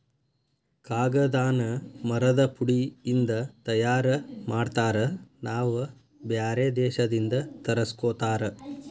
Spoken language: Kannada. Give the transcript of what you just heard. ಕಾಗದಾನ ಮರದ ಪುಡಿ ಇಂದ ತಯಾರ ಮಾಡ್ತಾರ ನಾವ ಬ್ಯಾರೆ ದೇಶದಿಂದ ತರಸ್ಕೊತಾರ